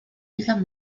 islas